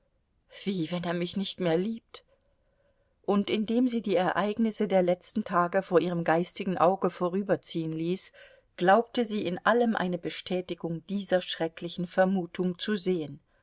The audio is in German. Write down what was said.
wie wenn er mich nicht mehr liebt und indem sie die ereignisse der letzten tage vor ihrem geistigen auge vorüberziehen ließ glaubte sie in allem eine bestätigung dieser schrecklichen vermutung zu sehen